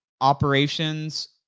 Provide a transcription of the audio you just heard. operations